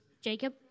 Jacob